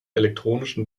elektronischen